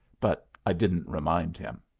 but i didn't remind him.